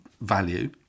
value